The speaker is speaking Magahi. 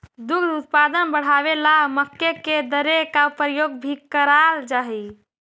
दुग्ध उत्पादन बढ़ावे ला मक्के के दर्रे का प्रयोग भी कराल जा हई